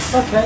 Okay